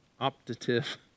optative